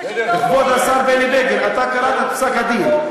כבוד השר בני בגין, אתה קראת את פסק-הדין.